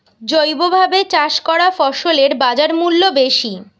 জৈবভাবে চাষ করা ফসলের বাজারমূল্য বেশি